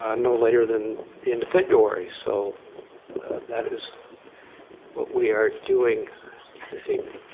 ah no later than the end of february. so that is what we are doing this evening.